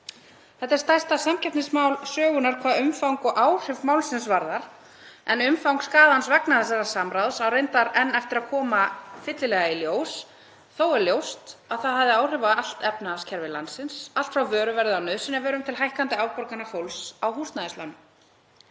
Þetta er stærsta samkeppnismál sögunnar hvað umfang og áhrif málsins varðar. Umfang skaðans vegna þessa samráðs á reyndar enn eftir að koma fyllilega í ljós. Þó er ljóst að það hafði áhrif á allt efnahagskerfi landsins, allt frá vöruverði á nauðsynjavörum til hækkandi afborgana fólks á húsnæðislánum.